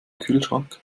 kühlschrank